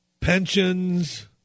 pensions